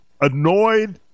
annoyed